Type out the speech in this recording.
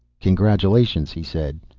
congratulations, he said.